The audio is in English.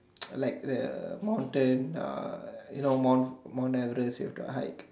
like the mountain uh you know mount mount Everest with the hike